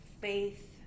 faith